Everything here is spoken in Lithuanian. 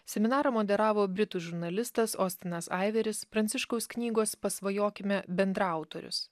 seminarą moderavo britų žurnalistas ostinas aiveris pranciškaus knygos pasvajokime bendraautorius